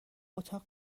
اتاق